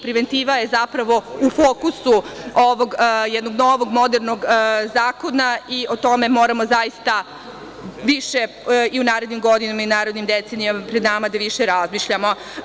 Preventiva je, zapravo, u fokusu ovog jednog novog modernog zakona i o tome moramo u narednim godinama i u narednim decenijama pred nama da više razmišljamo.